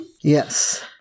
Yes